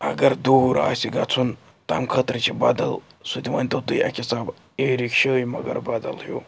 اگر دوٗر آسہِ گژھُن تَمہِ خٲطرٕ چھِ بدل سُہ تہِ مٲنۍتو تُہۍ اَکہِ حِسابہٕ ای رِکشٲہٕے مگر بَدل ہیوٗ